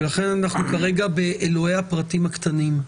ולכן אנחנו כרגע באלוהי הפרטים הקטנים.